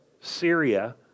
Syria